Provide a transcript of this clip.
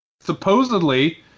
Supposedly